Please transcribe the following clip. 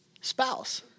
spouse